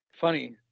Funny